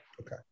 Okay